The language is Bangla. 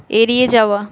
এড়িয়ে যাওয়া